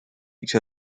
each